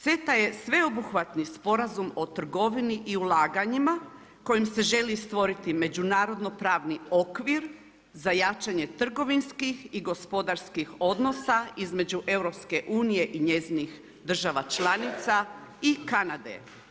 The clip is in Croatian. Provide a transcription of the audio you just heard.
CETA je sveobuhvatni sporazum o trgovini i ulaganjima kojim se želi stvoriti međunarodno-pravni okvir za jačanje trgovinskih i gospodarskih odnosa između EU-a i njezinih država članica i Kanade.